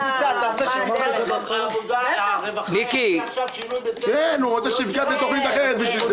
אתה רוצה שמשרד הרווחה יעשה עכשיו שינוי בסדר העדיפויות שלו?